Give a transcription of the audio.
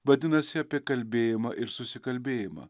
vadinasi apie kalbėjimą ir susikalbėjimą